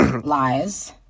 Lies